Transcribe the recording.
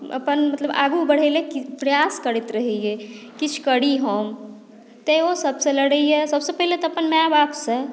अपन मतलब आगू बढ़य लेल प्रयास करैत रहैए किछु करी हम तैँ ओ सभसँ लड़ैए सभसँ पहिने तऽ अपन माय बापसँ